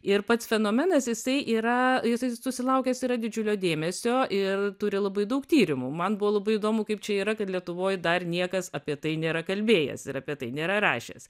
ir pats fenomenas jisai yra jisai susilaukęs yra didžiulio dėmesio ir turi labai daug tyrimų man buvo labai įdomu kaip čia yra kad lietuvoj dar niekas apie tai nėra kalbėjęs ir apie tai nėra rašęs